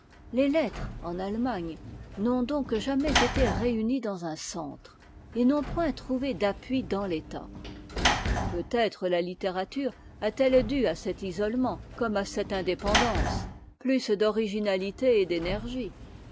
les lettres en allemagne n'ont donc jamais été réunies dans un centre et n'ont point trouvé d'appui dans l'état peut-être la littérature a-t-elle du à cet isolement comme à cette indépendance plus d'originalité et d'énergie